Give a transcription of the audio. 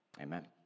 Amen